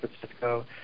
Francisco